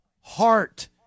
heart